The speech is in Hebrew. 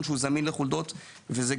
לא באופן מלא כי אין דבר כזה עיר עם 0 חולדות גם